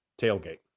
tailgate